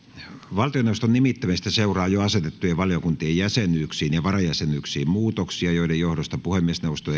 valtioneuvoston nimittämisestä seuraa jo asetettujen valiokuntien jäsenyyksiin ja varajäsenyyksiin muutoksia joiden johdosta puhemiesneuvosto